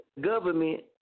Government